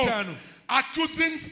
accusing